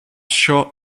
short